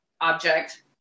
object